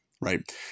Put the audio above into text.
Right